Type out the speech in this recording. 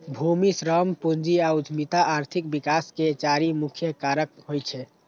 भूमि, श्रम, पूंजी आ उद्यमिता आर्थिक विकास के चारि मुख्य कारक होइ छै